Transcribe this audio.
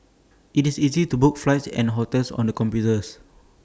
IT is easy to book flights and hotels on the computers